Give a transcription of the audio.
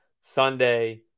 Sunday